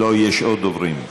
לא, יש עוד דוברים.